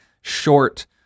short